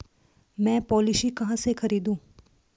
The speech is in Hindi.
मैं पॉलिसी कहाँ से खरीदूं?